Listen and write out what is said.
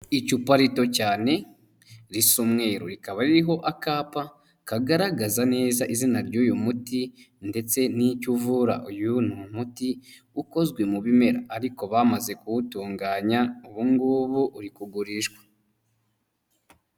Icupa rito cyane risa umweru rikaba ririho akapa kagaragaza neza izina ry'uyu muti ndetse n'icyo uvura, uyu ni umuti ukozwe mu bimera ariko bamaze kuwutunganya, ubu ngubu uri kugurishwa.